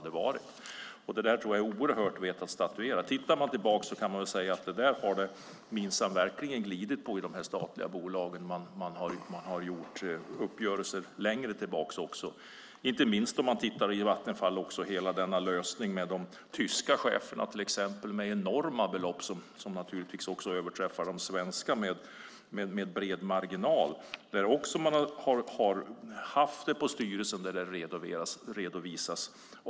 Det är oerhört viktigt att statuera. Tittar man tillbaka kan man se att man har glidit på det i de statliga bolagen. Det har man också gjort längre tillbaka. Det gäller inte minst Vattenfall och lösningen med till exempel de tyska cheferna. Det är enorma belopp som också överträffar de svenska med bred marginal. Det har tagits upp i styrelsen där det redovisats.